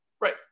right